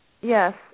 Yes